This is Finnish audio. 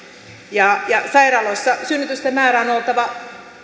sairaaloissa synnytysten määrän on oltava